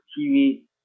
TV